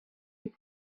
you